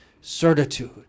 certitude